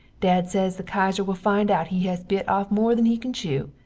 dad sez the kaiser will find out he has bit off more than he can chew,